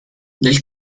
nel